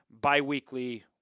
bi-weekly